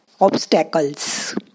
obstacles